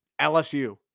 LSU